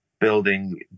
building